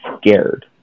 scared